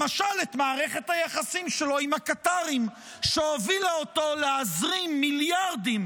למשל את מערכת היחסים שלו עם הקטרים שהובילה אותו להזרים מיליארדים